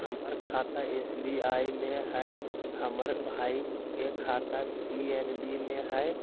हमर खाता एस.बी.आई में हई, हमर भाई के खाता पी.एन.बी में हई,